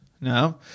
No